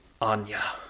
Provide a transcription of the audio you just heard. Anya